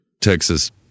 Texas